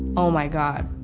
oh, my god.